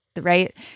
right